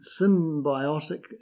symbiotic